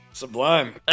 sublime